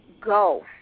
Go